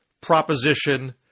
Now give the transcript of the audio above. proposition